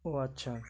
ও আচ্ছা